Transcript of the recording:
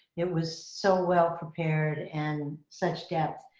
it was so well prepared and such depth.